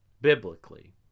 biblically